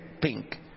pink